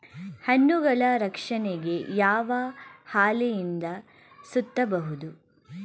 ಹಣ್ಣುಗಳ ರಕ್ಷಣೆಗೆ ಯಾವ ಹಾಳೆಯಿಂದ ಸುತ್ತಬಹುದು?